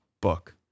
book